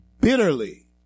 bitterly